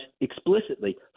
explicitly